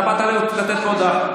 אתה באת לתת פה הודעה.